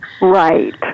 Right